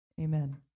Amen